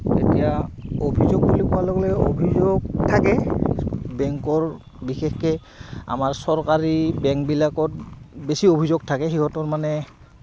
তেতিয়া অভিযোগ বুলি কোৱাৰ লগ গ'লে অভিযোগ থাকে বেংকৰ বিশেষকে আমাৰ চৰকাৰী বেংকবিলাকত বেছি অভিযোগ থাকে সিহঁতৰ মানে